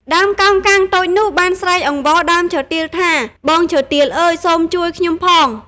ដើមកោងកាងតូចនោះបានស្រែកអង្វរដើមឈើទាលថា បងឈើទាលអើយ! សូមបងជួយខ្ញុំផង។